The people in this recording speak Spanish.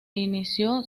inició